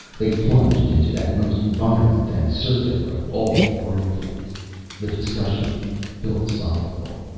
they plunged into that most violent and circular of all whirlpools the discussion philosophical.